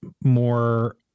more